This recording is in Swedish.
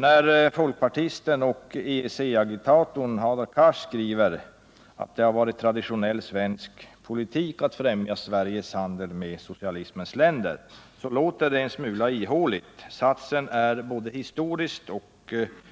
När folkpartisten och EEC-agitatorn Hadar Cars skriver att det har varit traditionell svensk politik att främja Sveriges handel med socialismens länder, så låter det en smula ihåligt. Satsen är både historiskt